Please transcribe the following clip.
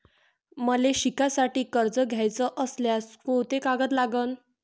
मले शिकासाठी कर्ज घ्याचं असल्यास कोंते कागद लागन?